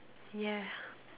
yeah